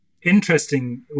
interesting